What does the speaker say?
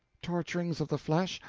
torturings of the flesh,